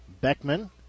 Beckman